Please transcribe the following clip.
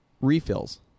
refills